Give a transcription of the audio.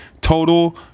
total